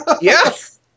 Yes